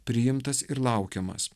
priimtas ir laukiamas